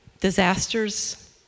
disasters